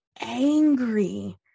angry